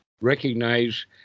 recognize